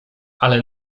ale